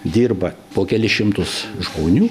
dirba po kelis šimtus žmonių